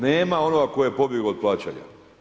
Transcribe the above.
Nema onoga tko je pobjegao od plaćanja.